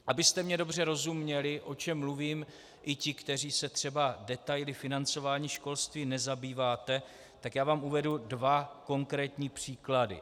Abyste mi dobře rozuměli, o čem mluvím, i ti, kteří se třeba detaily financování školství nezabýváte, tak vám uvedu dva konkrétní příklady.